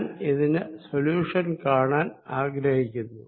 ഞാൻ ഇതിന് സൊല്യൂഷൻ കാണാൻ ആഗ്രഹിക്കുന്നു